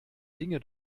dinge